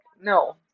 No